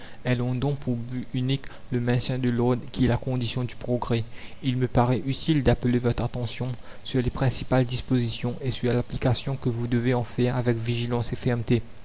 elles ont donc pour but unique le maintien de l'ordre qui est la condition du progrès il me paraît utile d'appeler votre attention sur les principales dispositions et sur l'application que vous devez en faire avec vigilance et fermeté